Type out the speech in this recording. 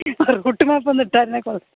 ആ റൂട്ട് മാപ്പൊന്ന് ഇട്ടായിരുന്നാൽ കുഴപ്പമില്ല